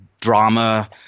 drama